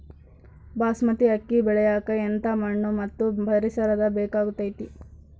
ಬಾಸ್ಮತಿ ಅಕ್ಕಿ ಬೆಳಿಯಕ ಎಂಥ ಮಣ್ಣು ಮತ್ತು ಪರಿಸರದ ಬೇಕಾಗುತೈತೆ?